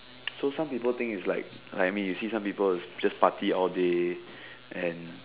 so some people think it's like I mean some people is just party all day and